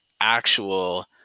actual